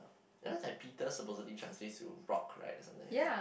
just like Peter supposedly translates to rock right or something like that